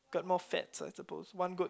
got more fats I suppose one good